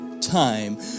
time